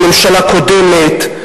בממשלה קודמת,